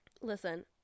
listen